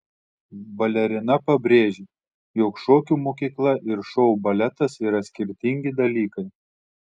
balerina pabrėžė jog šokių mokykla ir šou baletas yra skirtingi dalykai